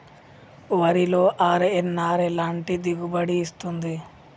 వరిలో అర్.ఎన్.ఆర్ ఎలాంటి దిగుబడి ఇస్తుంది?